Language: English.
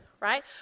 right